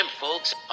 folks